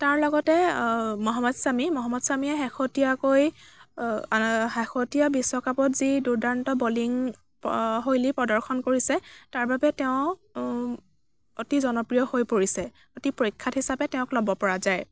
তাৰ লগতে মহম্মদ শ্বামী মহম্মদ শ্বামীয়ে শেহতীয়াকৈ শেহতীয়া বিশ্বকাপত যি দূৰ্দান্ত বলিং শৈলী প্ৰদৰ্শন কৰিছে তাৰবাবে তেওঁ অতি জনপ্ৰিয় হৈ পৰিছে অতি প্ৰখ্য়াত হিচাপে তেওঁক ল'ব পৰা যায়